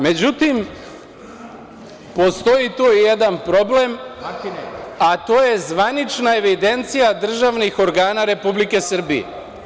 Međutim, postoji tu jedan problem, a to je zvanična evidencija državnih organa Republike Srbije.